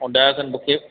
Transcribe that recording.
ऐं ॾह खनि बुके